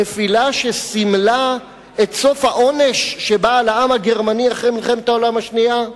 נפילה שסימלה את סוף העונש על העם הגרמני שבא אחרי מלחמת העולם השנייה?